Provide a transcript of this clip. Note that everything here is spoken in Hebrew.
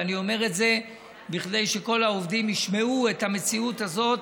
ואני אומר את זה כדי שכל העובדים ישמעו את המציאות הזאת,